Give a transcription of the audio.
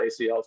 ACLs